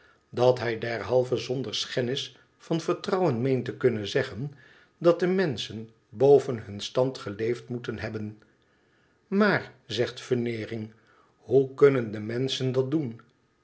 dat hij derhalve zonder schennis van vertrouwen meent te kunnen zeggen dat de menschen boven hun stand geleefd moeten hebben imaar zegt veneering ihoe kunnen de menschen dat doen